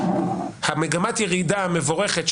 מגמת הירידה המבורכת,